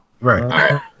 Right